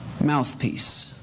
mouthpiece